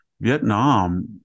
Vietnam